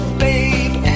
babe